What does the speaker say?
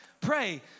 pray